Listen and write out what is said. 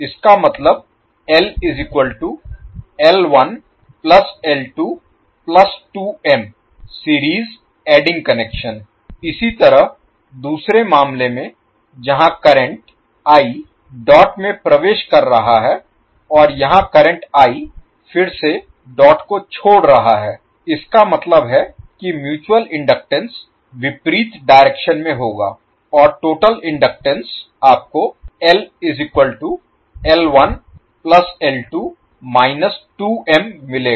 इसका मतलब इसी तरह दूसरे मामले में जहां करंट डॉट में प्रवेश कर रहा है और यहां करंट फिर से डॉट को छोड़ रहा है इसका मतलब है कि म्यूचुअल इनडक्टेंस विपरीत डायरेक्शन में होगा और टोटल इनडक्टेंस आपको मिलेगा